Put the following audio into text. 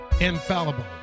infallible